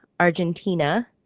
Argentina